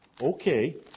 Okay